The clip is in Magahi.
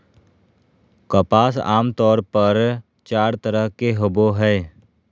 कपास आमतौर पर चार तरह के होवो हय